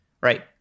right